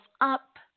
up